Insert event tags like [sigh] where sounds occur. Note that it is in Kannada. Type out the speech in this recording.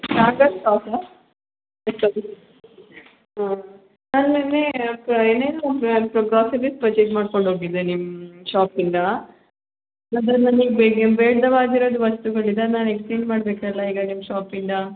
ಸಾಗರ್ ಶಾಪಾ [unintelligible] ಹಾಂ ನಾನು ನೆನ್ನೆ [unintelligible] ಗ್ರೋಸರಿಸ್ ಪರ್ಚೆಸ್ ಮಾಡ್ಕೊಂಡು ಹೋಗಿದ್ದೆ ನಿಮ್ಮ ಶಾಪಿಂದ ಅಂದರೆ ನನಗೆ ಬೇಡವಾಗಿರೋದ್ ವಸ್ತುಗಳು ಇದೆ ಅದು ನಾನು ಎಕ್ಸ್ಚೇಂಜ್ ಮಾಡಬೇಕಲ್ಲ ಈಗ ನಿಮ್ಮ ಶಾಪಿಂದ